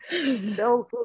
no